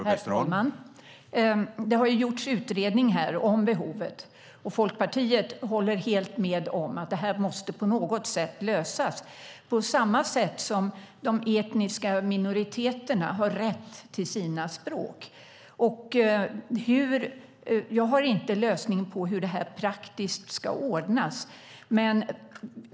Herr talman! Det har gjorts en utredning om behovet här. Folkpartiet håller helt med om att detta på något sätt måste lösas på samma sätt som de etniska minoriteterna har rätt till sina språk. Jag har inte lösningen på hur detta praktiskt ska ordnas.